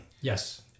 Yes